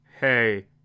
hey